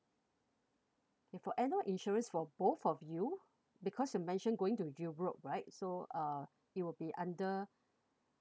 if for annual insurance for both of you because you mentioned going to europe right so uh it will be under